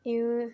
A U